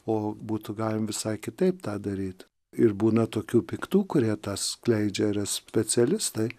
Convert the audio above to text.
o būtų galim visai kitaip tą daryt ir būna tokių piktų kurie tą skleidžia yra specialistai